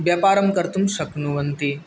व्यापारं कर्तुं शक्नुवन्ति